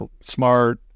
smart